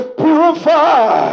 purify